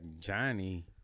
Johnny